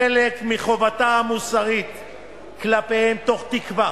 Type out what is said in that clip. חלק מחובתה המוסרית כלפיהם, תוך תקווה